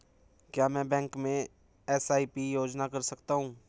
क्या मैं बैंक में एस.आई.पी योजना कर सकता हूँ?